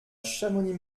chamonix